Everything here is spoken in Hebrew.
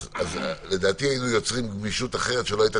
אז לדעתי היינו יוצרים גמישות אחרת שלא הייתה